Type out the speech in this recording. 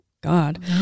God